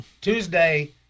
Tuesday